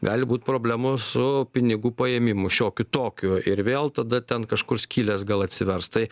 gali būt problemų su pinigų paėmimu šiokiu tokiu ir vėl tada ten kažkur skylės gal atsivers tai